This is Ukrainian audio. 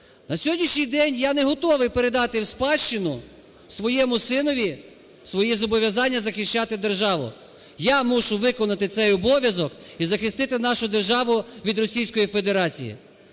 На сьогоднішній день я не готовий передати в спадщину своєму синові своє зобов'язання захищати державу. Я мушу виконати цей обов'язок і захистити нашу державу від Російської Федерації.